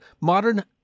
modern